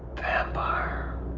vampire.